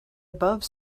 above